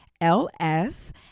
L-S